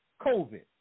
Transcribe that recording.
COVID